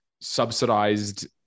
subsidized